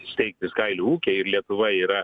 steigtis kailių ūkiai ir lietuva yra